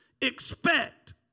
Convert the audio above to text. expect